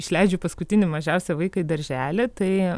išleidžiu paskutinį mažiausią vaiką į darželį tai